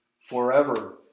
forever